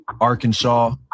Arkansas